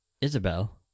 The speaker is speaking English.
Isabel